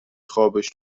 خابش